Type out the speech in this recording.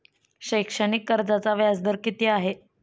शैक्षणिक कर्जाचा व्याजदर किती आहे?